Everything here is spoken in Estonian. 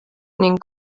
ning